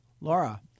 Laura